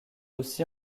aussi